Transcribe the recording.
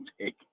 take